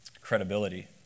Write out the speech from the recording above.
credibility